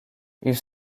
ils